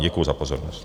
Děkuji za pozornost.